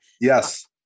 Yes